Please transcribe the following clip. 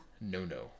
no-no